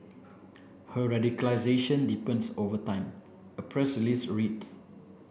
her radicalization deepens over time a press release read